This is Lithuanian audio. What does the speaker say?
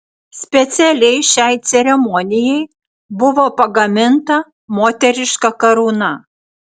specialiai šiai ceremonijai buvo pagaminta moteriška karūna